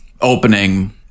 opening